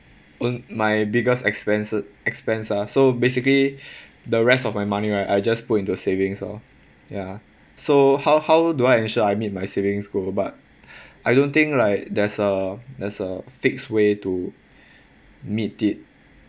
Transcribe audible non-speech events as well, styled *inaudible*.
my biggest expenses expense ah *breath* so basically the rest of my money right I just put into savings lor ya so how how do I ensure I meet my savings goal but *breath* I don't think like there's a there's a fixed way to *breath* meet it